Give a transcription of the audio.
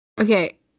okay